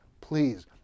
please